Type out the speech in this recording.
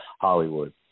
Hollywood